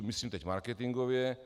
Myslím teď marketingově.